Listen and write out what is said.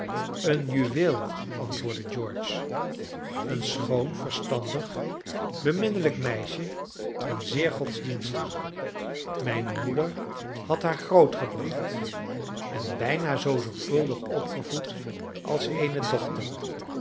een juweel antwoordde george een schoon verstandig beminnelijk meisje en zeer godsdienstig mijne moeder had haar grootgebracht en bijna zoo zorgvuldig opgevoed als eene dochter